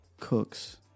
Cooks